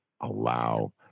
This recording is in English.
allow